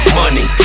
money